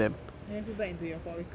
then put back into your follicle